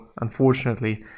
unfortunately